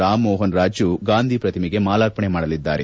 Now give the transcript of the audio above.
ರಾಮಮೋಹನ್ ರಾಜು ಗಾಂಧಿ ಪ್ರತಿಮೆಗೆ ಮಾಲಾರ್ಪಣೆ ಮಾಡಲಿದ್ದಾರೆ